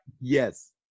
Yes